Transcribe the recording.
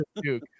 Duke